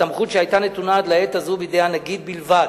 סמכות שהיתה נתונה עד לעת הזאת בידי הנגיד בלבד.